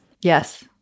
Yes